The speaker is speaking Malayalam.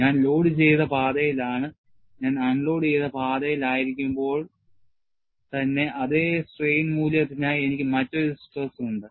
ഞാൻ ലോഡുചെയ്ത പാതയിലാണ് ഞാൻ അൺലോഡുചെയ്ത പാതയിലായിരിക്കുമ്പോൾ അതേ strain മൂല്യത്തിനായി എനിക്ക് മറ്റൊരു stress ഉണ്ട്